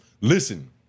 Listen